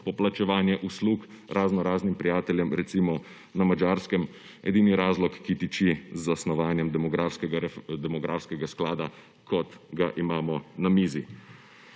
»poplačevanje« uslug raznoraznih prijateljem, recimo na Madžarskem, edini razlog, ki tiči z snovanjem demografskega sklada, kot ga imamo na mizi.